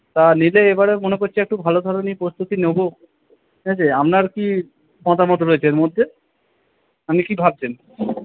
তা নিলে এবারে মনে করছি একটু ভালো ধরনের প্রস্তুতি নেব ঠিক আছে আপনার কি মতামত রয়েছে এর মধ্যে আপনি কী ভাবছেন